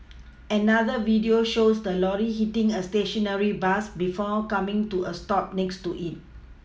another video shows the lorry hitting a stationary bus before coming to a stop next to it